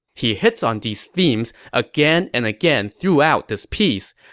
he hits on these themes again and again throughout this piece.